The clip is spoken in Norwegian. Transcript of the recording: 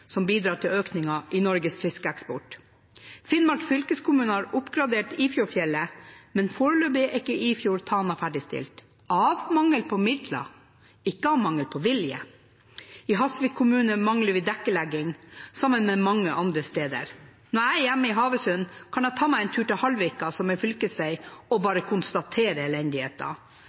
som bidrar til økning i Norges fiskeeksport. Finnmark fylkeskommune har oppgradert veien over Ifjordfjellet, men foreløpig er ikke Ifjord–Tana ferdigstilt – av mangel på midler, ikke av mangel på vilje. I Hasvik kommune mangler vi – sammen med mange andre steder – dekkelegging. Når jeg er hjemme i Havøysund, kan jeg ta meg en tur til Hallvika – på en fylkesvei – og bare konstatere